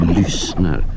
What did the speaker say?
lyssnar